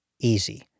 easy